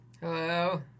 Hello